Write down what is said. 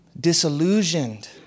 disillusioned